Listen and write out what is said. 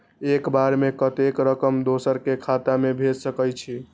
एक बार में कतेक रकम दोसर के खाता में भेज सकेछी?